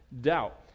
doubt